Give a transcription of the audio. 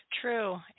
True